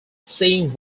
sing